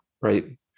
Right